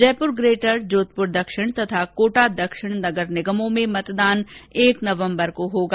Jaipur greater Jodhpur दक्षिण तथा कोटा दक्षिण नगर निगमों में मतदान एक नवंबर को होगा